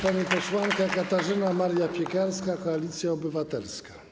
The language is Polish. Pani posłanka Katarzyna Maria Piekarska, Koalicja Obywatelska.